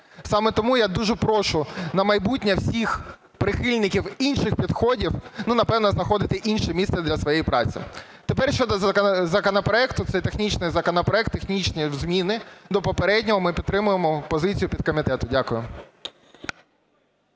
Саме тому я дуже прошу на майбутнє всіх прихильників інших підходів, напевно, знаходити інше місце для своєї праці. Тепер щодо законопроекту. Це технічний законопроект, технічні зміни до попереднього. Ми підтримуємо позицію підкомітету. Дякую.